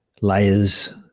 layers